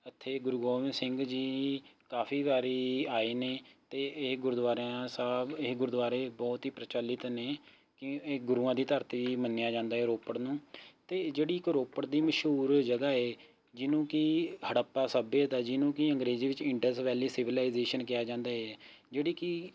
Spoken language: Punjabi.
ਇੱਥੇ ਗੁਰੂ ਗੋਬਿੰਦ ਸਿੰਘ ਜੀ ਕਾਫੀ ਵਾਰੀ ਆਏ ਨੇ ਅਤੇ ਇਹ ਗੁਰਦੁਆਰਿਆਂ ਸਾਹਿਬ ਇਹ ਗੁਰਦੁਆਰੇ ਬਹੁਤ ਹੀ ਪ੍ਰਚੱਲਿਤ ਨੇ ਕਿ ਇਹ ਗੁਰੂਆਂ ਦੀ ਧਰਤੀ ਮੰਨਿਆਂ ਜਾਂਦਾ ਏ ਰੋਪੜ ਨੂੰ ਅਤੇ ਜਿਹੜੀ ਇੱਕ ਰੋਪੜ ਦੀ ਮਸ਼ਹੂਰ ਜਗ੍ਹਾ ਏ ਜਿਹਨੂੰ ਕਿ ਹੜੱਪਾ ਸੱਭਿਅਤਾ ਜਿਹਨੂੰ ਕਿ ਅੰਗਰੇਜ਼ੀ ਵਿੱਚ ਇੰਡਸ ਵੈਲੀ ਸਿਵਲਾਈਜੇਸ਼ਨ ਕਿਹਾ ਜਾਂਦਾ ਏ ਜਿਹੜੀ ਕਿ